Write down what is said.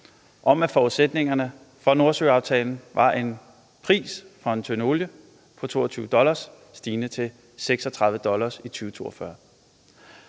om, at forudsætningerne for Nordsøaftalen var en pris for en tønde olie på 22 dollars stigende til 36 dollars i 2042.